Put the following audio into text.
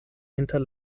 inter